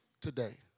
today